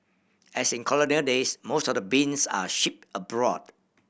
as in colonial days most of the beans are shipped abroad